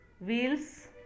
wheels